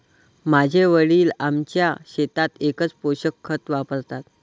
माझे वडील आमच्या शेतात एकच पोषक खत वापरतात